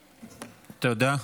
תודה.